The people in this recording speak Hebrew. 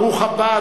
ברוך הבא,